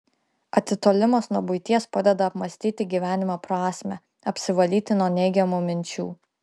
atitolimas nuo buities padeda apmąstyti gyvenimo prasmę apsivalyti nuo neigiamų minčių